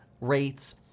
rates